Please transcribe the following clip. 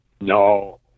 No